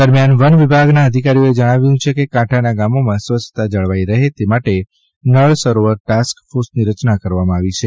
દરમ્યાન વનખાતાના અધિકારીઓએ જણાવ્યું હતું કે કાંઠાના ગામોમાં સ્વચ્છતા જળવાઇ રહે તે માટે નળસરોવર ટાસ્કફોર્સની રચના કરવામાં આવી છે